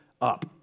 up